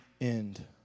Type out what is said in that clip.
end